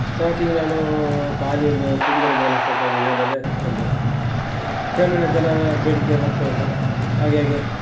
starting ನಾನೂ ಖಾಲಿ ಒಂದು ಚೂಡಿದಾರದ್ದು ವೇಲ್ ಹಾಕುವಂಥ ಒಂದು ವೇಲನ್ನೇ ತಂದೆ ಕ್ರಮೇಣ ಜನ ಬೇಡಿಕೆ ಬರ್ತಾ ಬಂತು ಹಾಗೆಹಾಗೆ